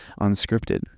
unscripted